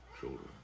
children